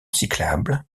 cyclable